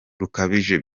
rukabije